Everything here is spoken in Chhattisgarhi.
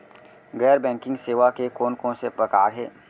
गैर बैंकिंग सेवा के कोन कोन से प्रकार हे?